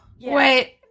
Wait